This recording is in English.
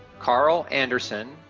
karl anderson,